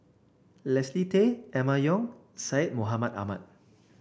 Leslie Tay Emma Yong Syed Mohamed Ahmed